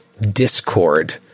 discord